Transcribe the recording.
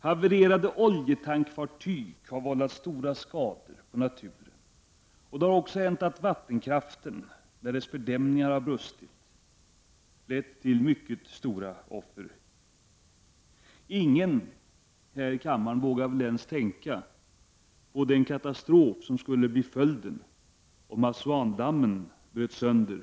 Havererade oljetankfartyg har vållat stora skador på naturen. Det har också hänt att vattenkraften har skördat många offer när fördämningar har brustit. Ingen här i kammaren vågar väl ens tänka på den katastrof som kan bli följden om Assuandammen bryts sönder.